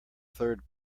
third